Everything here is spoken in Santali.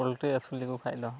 ᱯᱚᱞᱴᱨᱤ ᱟᱥᱩᱞ ᱞᱮᱠᱚ ᱠᱷᱟᱡ ᱫᱚ